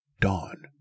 Dawn